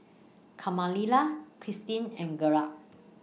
Kamilah Cristine and Gerda